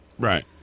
Right